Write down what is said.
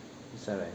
right